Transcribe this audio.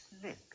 slick